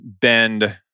bend